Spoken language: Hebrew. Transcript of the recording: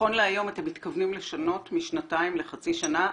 נכון להיום אתם מתכוונים לשנות משנתיים לחצי שנה,